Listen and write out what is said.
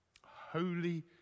Holy